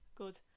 Good